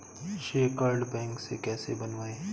श्रेय card bank से कैसे बनवाएं?